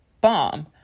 bomb